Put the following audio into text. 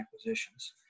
acquisitions